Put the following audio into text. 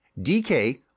DK